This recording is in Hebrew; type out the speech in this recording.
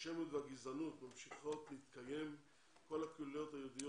האנטישמיות והגזענות ממשיכות להתקיים וכל הקהילות היהודיות